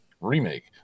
remake